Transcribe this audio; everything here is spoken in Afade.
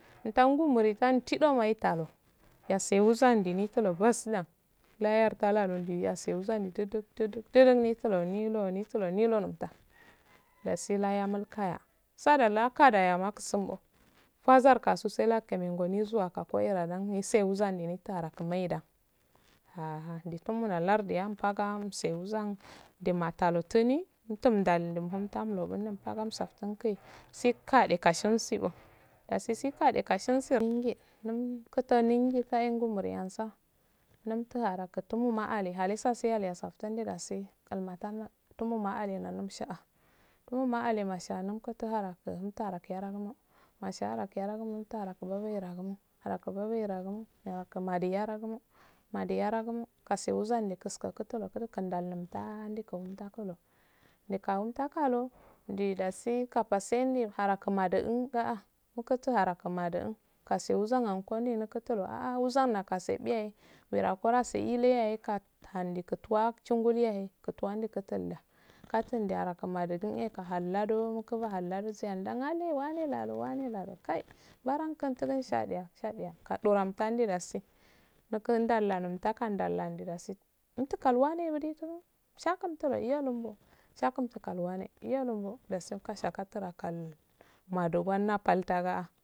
Ddon muroso mdiloma italu yasaw sandil ntilo bassda layarkala and asuhsse ni dududu nitallo milo nittolo milo muftta dasi laya mulkaya sada milakalaye susunda basar kasu sullacke megungo mezuwansla korandan messa wuzzan ninittara maidda aha nditu nulo lardu yawpaga umse wussan dumatalu ttuni umttumndal umhun taggal umsafttun ki ntse gade ka tchensi ko dasi nse sade ka tchensi milge donmasse dumkuoni imtwlddal yamkul ngumi ale alhassan ale yesafttun eeh dasi aulmatama duluu ma alleh yanshaow dulama alleh masha imtuyarak agumo masha araku yagwi araku weragu ayarasumo male yaragumo uzagustta skuro kumddo numttah umttagulo umtakalo doh dasi kafasen aro kumanda ah mukurachakudda kasu uzzun katulo aah asapiye da roku asiyelah ndau tukawa eh kuntuwa eh kuntuwa katundaraye kunani kahallado muku hala doh siya ngn alleh wwaje kai barako shadiyya shadiyya kadoran ka eh daasi mudal dagal takkoh ndala dasi kalwalengumoso shakumshade dasi shakushakushadra maldon palllangaah